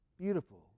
Beautiful